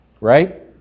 Right